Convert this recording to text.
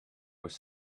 with